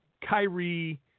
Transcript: Kyrie